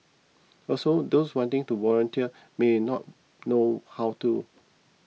also those wanting to volunteer may not know how to